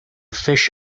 fish